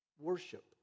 worship